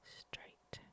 straight